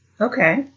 Okay